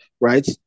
right